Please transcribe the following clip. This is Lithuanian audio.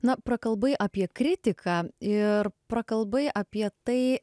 na prakalbai apie kritiką ir prakalbai apie tai